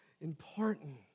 important